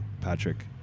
Patrick